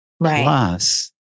Plus